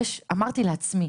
אמרתי לעצמי